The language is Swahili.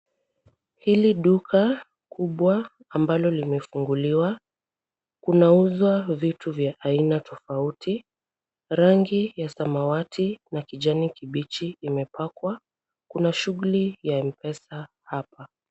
Hili duka kubwa ambalo limefunguliwa. Kunauzwa vitu vya aina tofauti. Rangi ya samawati na kijani kibichi imepakwa. Kuna shughuli ya M-Pesa hapa.